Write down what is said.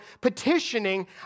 petitioning